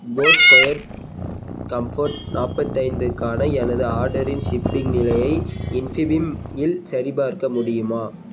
Bose quiet comfort நாற்பத்தைந்துக்கான எனது ஆர்டரின் ஷிப்பிங் நிலையை இன்ஃபிபிம் இல் சரிபார்க்க முடியுமா